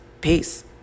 Peace